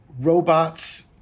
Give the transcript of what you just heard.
robots